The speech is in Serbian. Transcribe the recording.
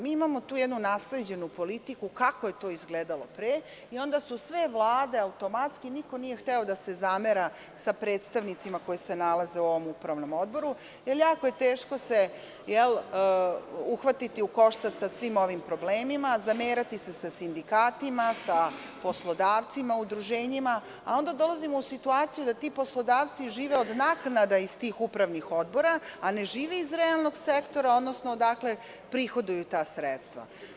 Mi imamo jednu nasleđenu politiku kako je to izgledalo pre i onda su sve Vlade automatski, niko nije hteo da se zamera sa predstavnicima koji se nalaze u ovom Upravnom odboru, jer jako je teško uhvatiti se u koštac sa svim ovim problemima, zamerati se sindikatima, sa poslodavcima, udruženjima, a onda dolazimo u situaciju da ti poslodavci žive od naknada iz tih upravnih odbora, a ne žive iz realnog sektora, odnosno odakle prihoduju ta sredstva.